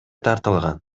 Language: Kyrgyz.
тартылган